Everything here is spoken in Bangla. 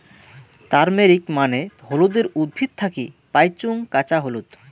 তারমেরিক মানে হলুদের উদ্ভিদ থাকি পাইচুঙ কাঁচা হলুদ